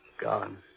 Gone